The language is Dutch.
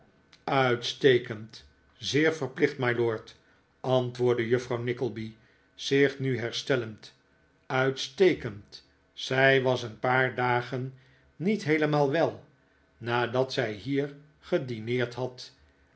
uitstekend zeer verplicht mylord antwoordde juffrouw nickleby zich nu herstellend uitstekend zij was een paar dagen niet heelemaal wel nadat zij hier gedineerd had